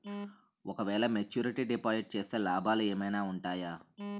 ఓ క వేల maturity deposit చేస్తే లాభాలు ఏమైనా ఉంటాయా?